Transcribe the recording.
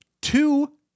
two